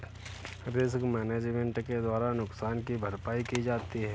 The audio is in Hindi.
रिस्क मैनेजमेंट के द्वारा नुकसान की भरपाई की जाती है